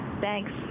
Thanks